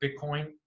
Bitcoin